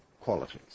qualities